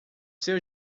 seu